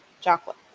Chocolate